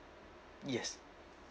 yes